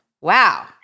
Wow